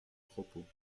propos